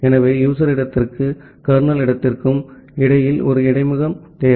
ஆகவே யூசர் இடத்திற்கும் கர்னல் இடத்திற்கும் இடையில் ஒரு இடைமுகம் தேவை